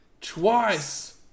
twice